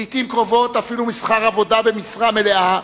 לעתים קרובות אפילו משכר עבודה במשרה מלאה,